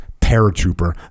paratrooper